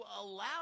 allow